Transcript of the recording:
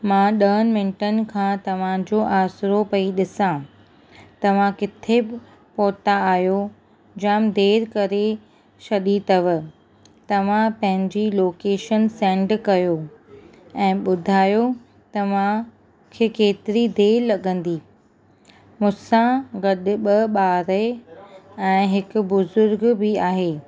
मां ॾहनि मिन्टनि खां तव्हांजो आसिरो पई ॾिसां तव्हां किथे बि पहुता आहियो जाम देरि करे छॾी अथव तव्हां पंहिंजी लोकेशन सेंड कयो ऐं ॿुधायो तव्हांखे केतिरी देरि लॻंदी मुसां गॾु ॿ ॿार ऐं हिकु बुज़ुर्ग बि आहे